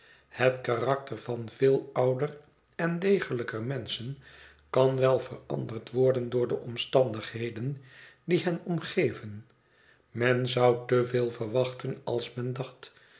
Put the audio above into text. plet karakter van veel ouder en degelijker menschen kan wel veranderd worden door de omstandigheden die hen omgeven men zou te veel verwachten als men dacht